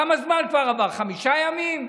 כמה זמן כבר עבר, חמישה ימים?